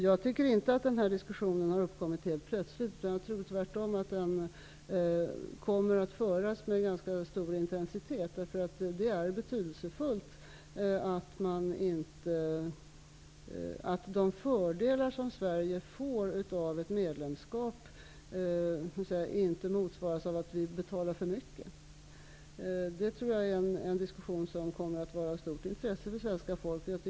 Jag tycker inte att den här diskussionen har uppkommit helt plötsligt. Tvärtom tror jag att den kommer att föras med stor intensitet, därför att det är betydelsefullt att de fördelar som Sverige får av ett medlemskap inte motsvaras av att vi betalar för mycket. Det är en diskussion som kommer att vara av stort intresse för det svenska folket.